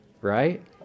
right